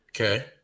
Okay